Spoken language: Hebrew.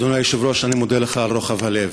אדוני היושב-ראש, אני מודה לך על רוחב הלב.